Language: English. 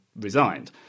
resigned